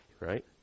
Right